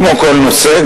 כמו כל נושא,